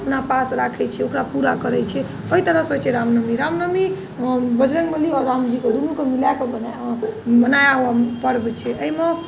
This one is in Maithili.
अपना पास राखैत छै ओकरा पूरा करैत छै ओहि तरह से होइत छै राम नओमी राम नओमी बजरङ्ग बली आओर रामजी दुनूके मिलाके मनावै बला पर्व छै एहिमे